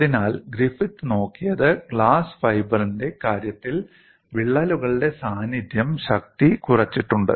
അതിനാൽ ഗ്രിഫിത്ത് നോക്കിയത് ഗ്ലാസ് ഫൈബറിന്റെ കാര്യത്തിൽ വിള്ളലുകളുടെ സാന്നിധ്യം ശക്തി കുറച്ചിട്ടുണ്ട്